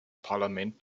parlament